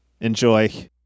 enjoy